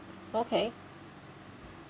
okay